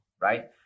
right